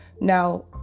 Now